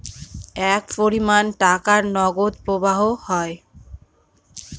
এক পরিমান টাকার নগদ প্রবাহ হয়